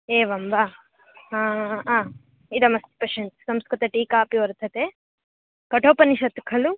एवं वा इदमस्ति पश्यतु संस्कृतटीका अपि वर्तते कठोपनिषत् खलु